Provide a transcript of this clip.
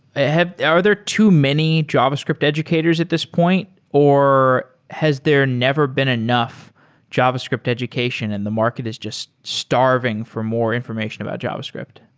ah are there too many javascript educators at this point? or has there never been enough javascript education and the market is just starving for more information about javascript?